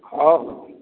ହଉ ହଉ